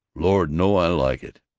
lord, no! i like it!